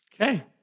Okay